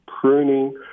pruning